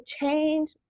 change